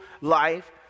life